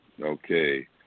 Okay